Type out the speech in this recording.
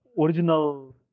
original